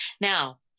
Now